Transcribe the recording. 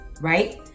right